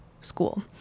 school